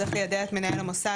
צריך ליידע את מנהל המוסד,